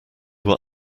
were